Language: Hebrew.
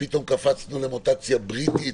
ופתאום קפצנו למוטציה בריטית